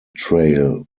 trail